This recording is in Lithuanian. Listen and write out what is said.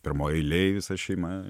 pirmoj eilėj visa šeima